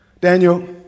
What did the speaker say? Daniel